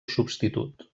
substitut